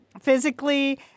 Physically